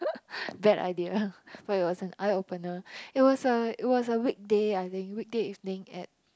bad idea but it was an eye opener it was a it was a weekday I think weekday evening at